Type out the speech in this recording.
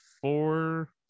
four